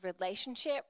relationship